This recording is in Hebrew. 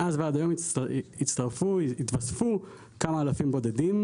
מאז ועד היום הצטרפו, התווספו כמה אלפים בודדים,